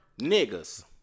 Niggas